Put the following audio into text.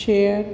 share